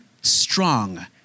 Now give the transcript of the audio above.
strong